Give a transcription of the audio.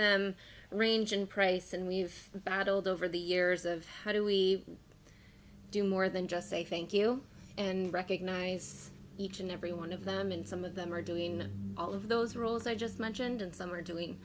them range in price and we've battled over the years of how do we do more than just say thank you and recognize each and every one of them and some of them are doing all of those roles i just mentioned and some are doing